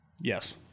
Yes